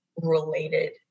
related